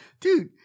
dude